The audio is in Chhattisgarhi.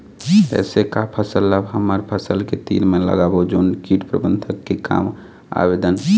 ऐसे का फसल ला हमर फसल के तीर मे लगाबो जोन कीट प्रबंधन के काम आवेदन?